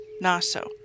Naso